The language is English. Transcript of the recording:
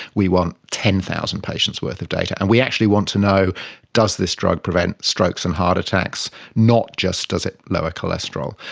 we want ten thousand patients worth of data, and we actually want to know does this drug prevent strokes and heart attacks, not just does it lower cholesterol.